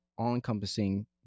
All-encompassing